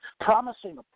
promising